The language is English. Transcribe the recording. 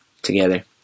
together